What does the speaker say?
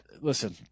Listen